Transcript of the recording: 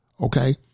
okay